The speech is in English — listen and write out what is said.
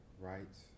rights